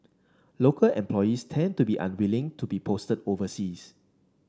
local employees tend to be unwilling to be posted overseas